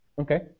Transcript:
Okay